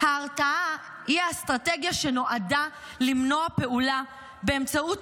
ההרתעה היא האסטרטגיה שנועדה למנוע פעולה באמצעות